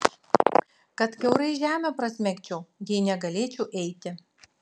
kad kiaurai žemę prasmegčiau jei negalėčiau eiti